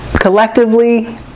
Collectively